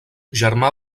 germà